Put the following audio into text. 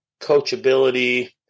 coachability